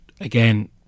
again